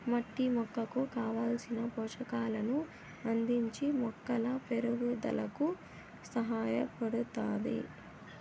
మట్టి మొక్కకు కావలసిన పోషకాలను అందించి మొక్కల పెరుగుదలకు సహాయపడుతాది